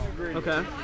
Okay